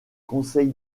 conseil